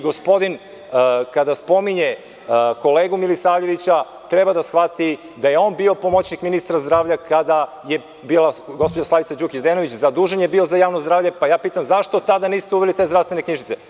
Gospodin, kada spominje kolegu Milisavljevića, treba da shvati da je on bio pomoćnik ministra zdravlja kada je bila gospođa Slavica Đukić Dejanović zadužen za javno zdravlje, pa pitam – zašto tada niste uveli te zdravstvene knjižice?